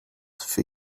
für